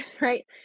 right